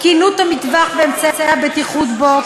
תקינות המטווח ואמצעי הבטיחות בו,